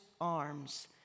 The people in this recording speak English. arms